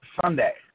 Sunday